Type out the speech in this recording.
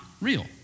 real